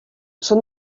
són